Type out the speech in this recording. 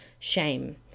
Shame